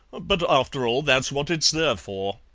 but, after all, that's what it's there for,